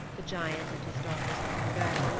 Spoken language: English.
the giant and his daughters let him go,